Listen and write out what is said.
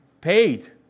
paid